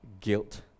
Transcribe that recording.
guilt